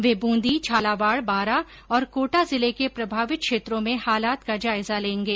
वे बूंदी झालावाड बांरा और कोटा जिले के प्रभावित क्षेत्रों में हालात का जायजा लेंगे